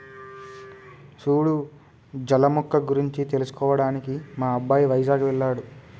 సూడు జల మొక్క గురించి తెలుసుకోవడానికి మా అబ్బాయి వైజాగ్ వెళ్ళాడు